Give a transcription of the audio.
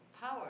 power